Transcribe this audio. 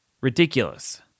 Ridiculous